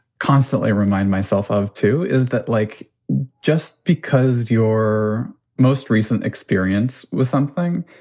constantly remind myself of, too. is that like just because your most recent experience was something.